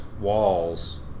walls